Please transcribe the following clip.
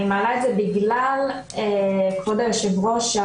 אני מעלה את זה בגלל כבוד היושב ראש,